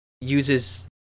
uses